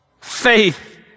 faith